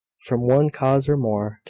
from one cause or more,